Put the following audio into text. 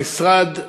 המשרד,